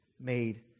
made